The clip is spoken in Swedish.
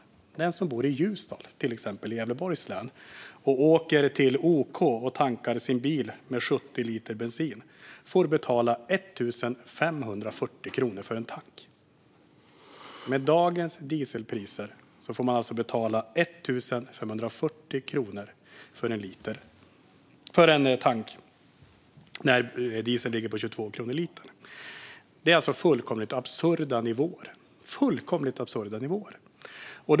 Men den som bor i till exempel Ljusdal i Gävleborgs län och åker till OKQ8 och tankar sin bil med 70 liter diesel får betala 1 540 kronor för en tank. Med dagens dieselpris får man alltså betala 1 540 kronor för en tank när dieseln kostar 22 kronor per liter. Det är alltså fullkomligt absurda nivåer.